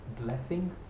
blessing